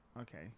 Okay